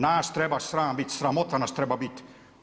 Nas treba sram bit, sramota nas treba biti.